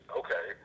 okay